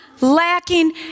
lacking